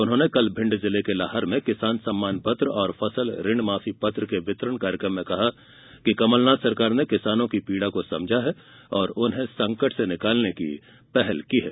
उन्होंने कल भिंड जिले के लहार में किसान सम्मान पत्र और फसल ऋण माफी पत्र के वितरण कार्यक्रम में कहा कि कमलनाथ सरकार ने किसानों की पीड़ा को समझा है और उन्हें संकट से निकालने की पहल की है